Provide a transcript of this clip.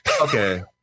okay